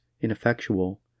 ineffectual